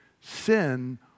Sin